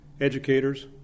educators